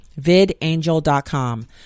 vidangel.com